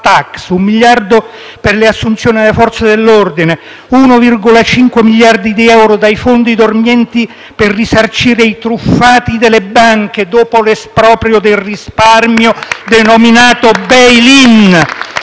un miliardo per le assunzioni nelle Forze dell'ordine e 1,5 miliardi di euro dai fondi dormienti per risarcire i truffati dalle banche dopo l'esproprio del risparmio, denominato *bail in*,